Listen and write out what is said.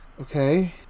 Okay